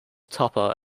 tupper